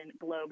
globe